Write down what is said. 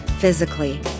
physically